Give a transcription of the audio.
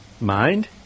mind